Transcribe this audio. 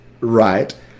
right